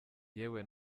yewe